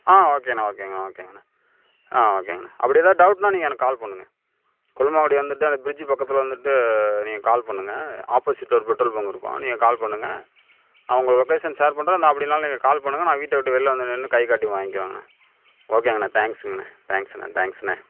ஆ ஓகேங்கண்ணா ஓகேங்கண்ணா ஓகேங்கண்ணா ஆ ஓகேங்கண்ணா அப்படி ஏதாவது டவுட்னா நீங்கள் எனக்கு கால் பண்ணுங்கள் கொல்லுமாங்குடி வந்துட்டு அந்த பிரிட்ஜ் பக்கத்தில் வந்துட்டு நீங்கள் கால் பண்ணுங்கள் ஆப்போசிட்டில் ஒரு பெட்ரோல் பங்க்கு இருக்கும் நீங்க கால் பண்ணுங்கள் நான் உங்களுக்கு லொக்கேஷன் ஷேர் பண்றேன் அப்படியில்லனாலும் நீங்க கால் பண்ணுங்கள் நான் வீட்டை விட்டு வெளில வந்து நின்று கைகாட்டி வாங்கிக்கிறேங்கண்ணா ஓகேங்கண்ணா தேங்க்ஸ்ங்கண்ணா தேங்க்ஸ்ணா தேங்க்ஸ்ணா